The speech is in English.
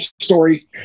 story